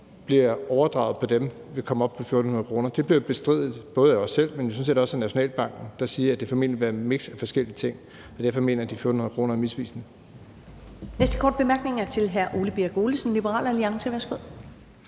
bliver pålagt dem, vil komme op på 1.400 kr., og det bliver jo bestridt, både af os selv, men jo sådan set også af Nationalbanken, der siger, at det formentlig vil være et miks af forskellige ting. Derfor mener jeg, at de 1.400 kr. er misvisende.